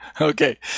okay